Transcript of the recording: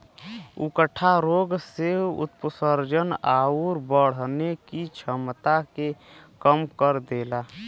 उकठा रोग से वाष्पोत्सर्जन आउर बढ़ने की छमता के कम कर देला